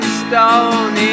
stone